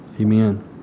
amen